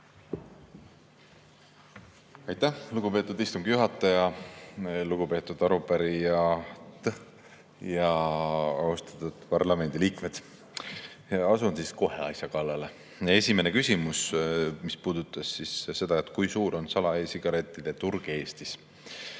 Aitäh, lugupeetud istungi juhataja! Lugupeetud arupärijad! Austatud parlamendiliikmed! Asun siis kohe asja kallale. Esimene küsimus puudutab seda, kui suur on sala‑e‑sigarettide turg Eestis.